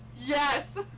Yes